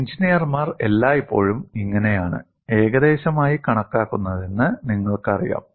എഞ്ചിനീയർമാർ എല്ലായ്പ്പോഴും ഇങ്ങനെയാണ് ഏകദേശമായി കണക്കാക്കുന്നത് എന്ന് നിങ്ങൾക്കറിയാം